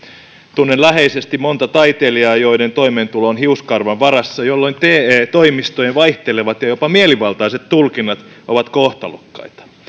tunnen läheisesti monta taiteilijaa joiden toimeentulo on hiuskarvan varassa jolloin te toimistojen vaihtelevat ja jopa mielivaltaiset tulkinnat ovat kohtalokkaita